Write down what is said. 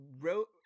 wrote